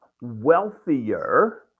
wealthier